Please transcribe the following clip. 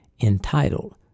entitled